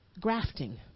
grafting